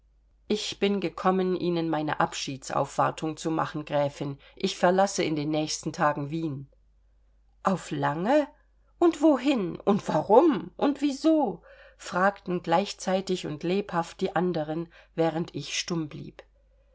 ich bin gekommen ihnen meine abschiedsaufwartung zu machen gräfin ich verlasse in den nächsten tagen wien auf lange und wohin und warum und wieso fragten gleichzeitig und lebhaft die anderen während ich stumm blieb